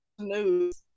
News